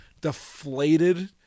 Deflated